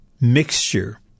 mixture